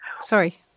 Sorry